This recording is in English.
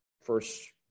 first